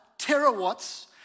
terawatts